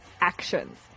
actions